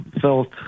felt